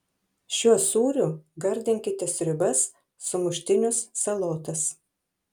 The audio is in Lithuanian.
šiuo sūriu gardinkite sriubas sumuštinius salotas